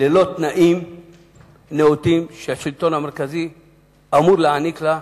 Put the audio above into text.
ללא תנאים נאותים שהשלטון המרכזי אמור להעניק לה,